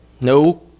No